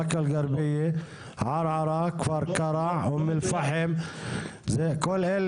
באקה אלגרבייה, ערערה, כפר קרע, אום אל פחם.